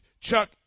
Chuck